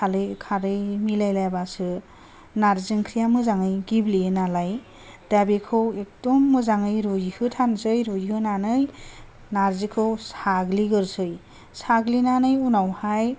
खारै मिलायलायबासो नार्जि ओंख्रिआ मोजाङै गेब्लेयो नालाय दा बेखौ एखदम मोजाङै रुइहो थारनोसै रुइहोनानै नार्जिखौ साग्लिग्रोनोसै साग्लिनानै उनावहाय